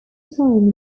time